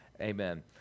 amen